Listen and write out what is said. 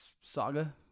saga